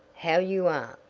how you are?